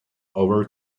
over